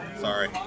Sorry